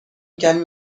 کمی